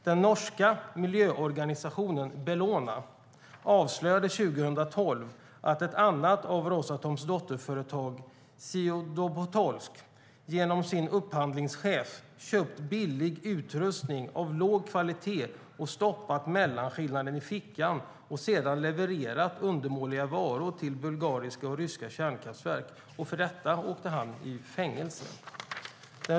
Den norska miljöorganisationen Bellona avslöjade 2012 att ett annat av Rosatoms dotterföretag, Zio Podolsk, genom sin upphandlingschef köpt billig utrustning av låg kvalitet, stoppat mellanskillnaden i fickan och sedan levererat undermåliga varor till bulgariska och ryska kärnkraftverk. För detta åkte han i fängelse.